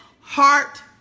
heart